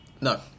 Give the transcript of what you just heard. no